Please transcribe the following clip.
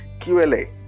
QLA